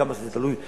עד כמה שזה תלוי בך,